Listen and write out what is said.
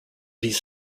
these